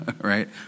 right